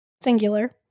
Singular